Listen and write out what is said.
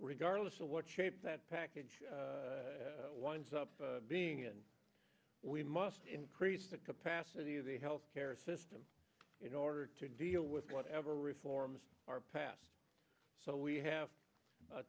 regardless of what shape that package winds up being and we must increase the capacity of the health care system in order to deal with whatever reforms are passed so we have